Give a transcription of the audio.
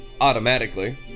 automatically